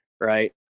right